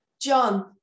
John